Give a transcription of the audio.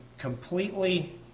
completely